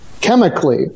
Chemically